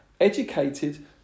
educated